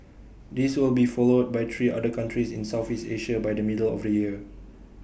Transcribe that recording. this will be followed by three other countries in Southeast Asia by the middle of the year